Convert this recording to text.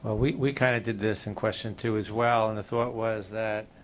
ah we we kind of did this in question two as well. and the thought was that